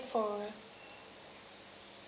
uh so you're calling in for